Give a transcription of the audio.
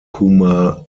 kumar